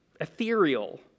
ethereal